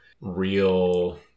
real